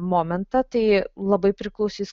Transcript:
momentą tai labai priklausys